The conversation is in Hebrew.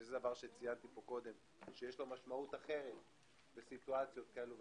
שזה דבר שציינתי שיש לו משמעות אחרת בסיטואציות כאלו ואחרות.